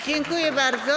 Dziękuję bardzo.